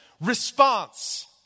response